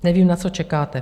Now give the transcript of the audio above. Nevím, na co čekáte.